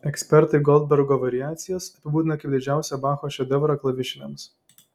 ekspertai goldbergo variacijas apibūdina kaip didžiausią bacho šedevrą klavišiniams